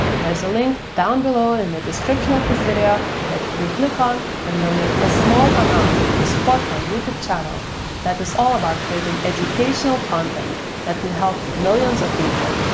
there's a link down below in the description of this video that you can click on and donate a small amount to support my youtube channel that is all about creating educational content that can help millions of people.